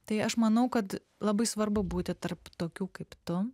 tai aš manau kad labai svarbu būti tarp tokių kaip tu